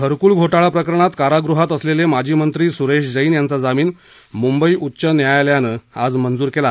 घरकूल घोटाळा प्रकरणात कारागृहात असलेले माजी मंत्री सुरेश जैन यांचा जामीन मुंबई उच्च न्यायालयान आज मंजूर केला